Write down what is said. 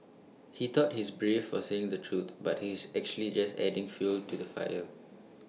he thought he's brave for saying the truth but he's actually just adding fuel to the fire